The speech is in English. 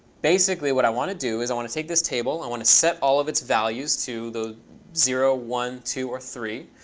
basically, what i want to do is i want to take this table. i want to set all of its values to the zero, one, two, or three.